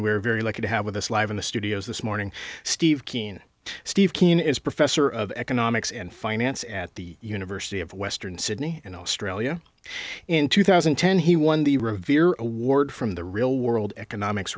we're very lucky to have with us live in the studio this morning steve keen steve keen is professor of economics and finance at the university of western sydney in australia in two thousand and ten he won the revere award from the real world economics